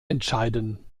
entscheiden